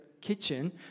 kitchen